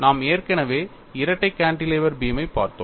நாம் ஏற்கனவே இரட்டை கான்டிலீவர் பீம் ஐப் பார்த்தோம்